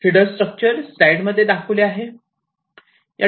header structure slide मध्ये दाखवले आहे